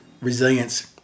Resilience